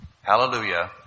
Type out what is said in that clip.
Hallelujah